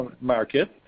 market